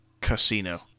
casino